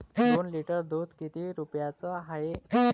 दोन लिटर दुध किती रुप्याचं हाये?